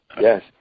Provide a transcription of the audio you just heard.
yes